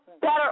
better